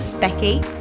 Becky